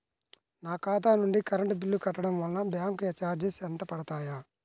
నా ఖాతా నుండి కరెంట్ బిల్ కట్టడం వలన బ్యాంకు చార్జెస్ ఎంత పడతాయా?